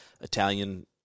Italian